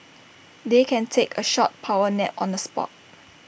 they can take A short power nap on the spot